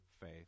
faith